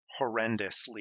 horrendously